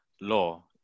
law